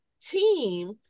team